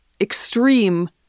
extreme